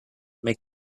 make